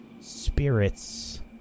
spirits